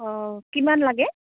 অঁ কিমান লাগে